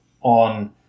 on